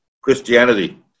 Christianity